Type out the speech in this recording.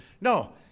No